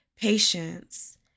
patience